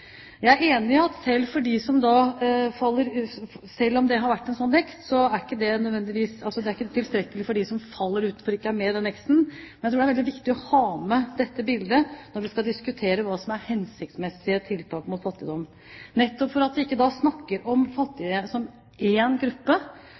Jeg er enig i at selv om det har vært en sånn vekst, så er ikke denne veksten tilstrekkelig for dem som faller utenfor og ikke er med i denne veksten. Jeg tror det er veldig viktig å ha med dette bildet når vi skal diskutere hva som er hensiktsmessige tiltak i kampen mot fattigdom, nettopp fordi at vi ikke snakker om fattige som én gruppe, at vi ikke snakker om